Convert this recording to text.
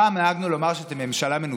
פעם נהגנו לומר שאתם ממשלה מנותקת,